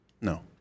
No